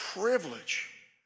privilege